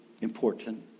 important